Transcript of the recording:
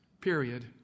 period